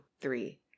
three